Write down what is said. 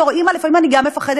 בתור אימא גם אני מפחדת